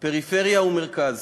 פריפריה ומרכז,